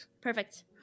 perfect